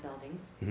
buildings